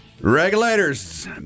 regulators